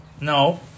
no